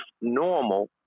normal